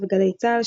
בגלי צה"ל,